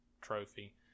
trophy